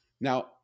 Now